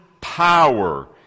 power